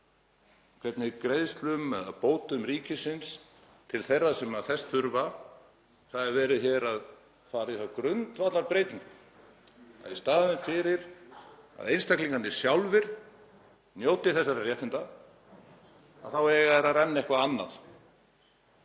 hvernig greiðslum eða bótum ríkisins til þeirra sem þess þurfa — hér er verið að fara í þá grundvallarbreytingu að í staðinn fyrir að einstaklingarnir sjálfir njóti þessara réttinda þá eigi peningarnir að renna eitthvað annað